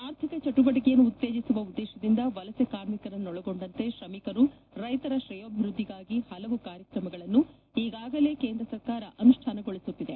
ಆರ್ಥಿಕ ಚಟುವಟಿಕೆಯನ್ನು ಉತ್ತೇಜಿಸುವ ಉದ್ದೇಶದಿಂದ ವಲಸೆ ಕಾರ್ಮಿಕರನ್ನೊಳಗೊಂಡಂತೆ ಶ್ರಮಿಕರು ರೈತರ ಶ್ರೇಯೋಭಿವ್ದದ್ದಿಗಾಗಿ ಪಲವು ಕಾರ್ಯಕ್ರಮಗಳನ್ನು ಈಗಾಗಲೇ ಕೇಂದ್ರ ಸರ್ಕಾರ ಅನುಷ್ಣಾನಗೊಳಿಸುತ್ತಿದೆ